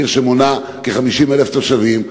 עיר שמונה כ-50,000 תושבים,